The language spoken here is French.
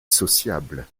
sociable